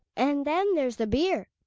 and then there's the beer.